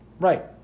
Right